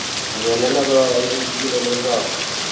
ꯌꯣꯟꯅꯕ ꯌꯨꯝ ꯁꯤꯖꯤꯟꯅꯅꯕꯔꯣ